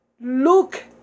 Look